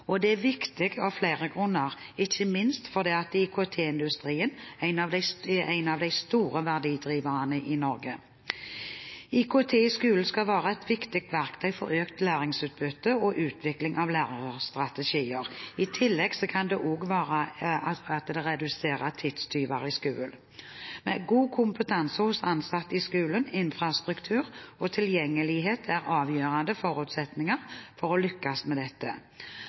Det er viktig av flere grunner, ikke minst fordi IKT-industrien er en av de store verdidriverne i Norge. IKT i skolen skal være et viktig verktøy for økt læringsutbytte og utvikling av læringsstrategier. I tillegg kan det også være at det reduserer tidstyver i skolen. God kompetanse hos ansatte i skolen, infrastruktur og tilgjengelighet er avgjørende forutsetninger for å lykkes med dette.